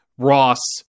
Ross